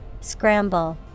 Scramble